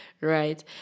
right